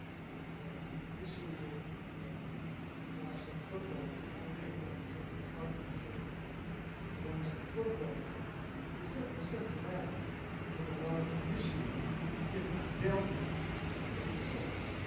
and that the issue with the washington football team i'm a native washingtonian, it's hard for me to say that the washington football team is simply symptomatic of a larger issue if not dealt with will persist,